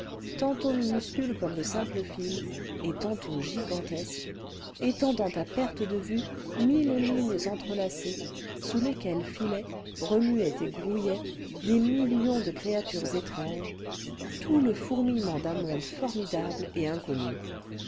tantôt minuscules comme cle simples fils et tantôt gigantesques étendant à perte de vue mille ligues entrelacées sous lesquelles filaient remuaient et grouillaient des millions de créatures étranges tout le fourmillement d'un monde formidable et inconnu